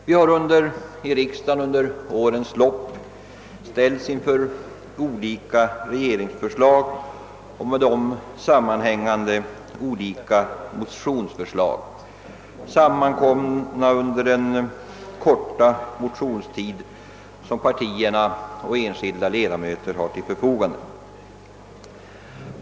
Vi har här i riksdagen under årens lopp ställts inför olika regeringsförslag och med dem sammanhängande motionsförslag, utarbetade under den korta motionstid som partier och enskilda 1edamöter har till sitt förfogande.